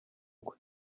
kwe